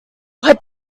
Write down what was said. what